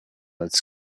its